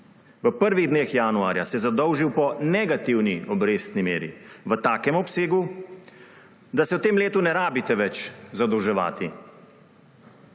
V prvih dneh januarja se je zadolžil po negativni obrestni meri v takem obsegu, da se v tem letu ni treba več zadolževati.